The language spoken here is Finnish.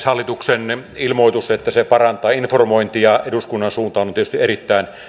hallituksen ilmoitus että se parantaa informointia eduskunnan suuntaan on tietysti erittäin